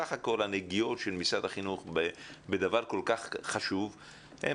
שסך הכל הנגיעות של משרד החינוך בדבר כל כך חשוב הם